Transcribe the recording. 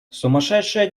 сумасшедшая